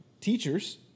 teachers